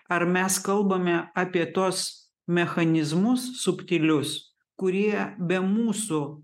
ar mes kalbame apie tuos mechanizmus subtilius kurie be mūsų